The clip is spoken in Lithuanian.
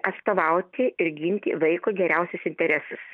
atstovauti ir ginti vaiko geriausius interesus